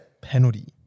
penalty